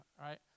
right